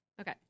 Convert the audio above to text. Okay